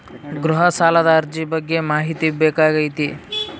ಗೃಹ ಸಾಲದ ಅರ್ಜಿ ಬಗ್ಗೆ ಮಾಹಿತಿ ಬೇಕಾಗೈತಿ?